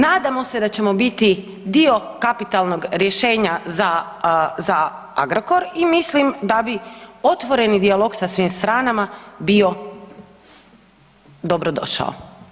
Nadamo se da ćemo biti dio kapitalnog rješenja za Agrokor i mislim da bi otvoreni dijalog sa svim stranama bio dobrodošao.